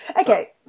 Okay